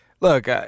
look